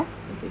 S_U_S_S